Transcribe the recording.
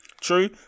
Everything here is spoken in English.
True